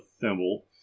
thimble